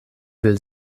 will